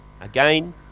Again